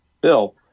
bill